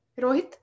Rohit